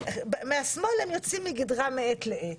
מהשמאל הם יוצאים מגדרם מעת לעת.